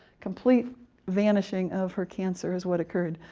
complete vanishing of her cancer is what occurred.